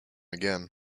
again